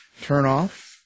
Turnoff